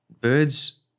birds